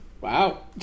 Wow